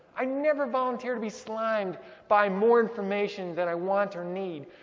i never volunteer to be slimed by more information than i want or need.